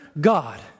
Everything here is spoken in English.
God